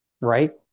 right